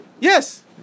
Yes